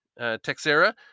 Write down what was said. Texera